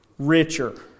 richer